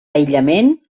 aïllament